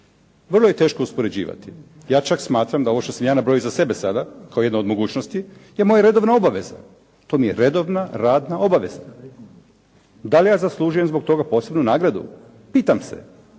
Vrlo je teško uspoređivati, ja čak smatram da ovo što sam nabrojio za sebe sada kao jedna od mogućnosti je moja redovna obaveza. To mi je redovna radna obaveza, da li ja zaslužujem zbog toga posebnu nagradu. Pitam se.